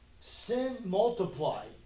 Sin-multiplied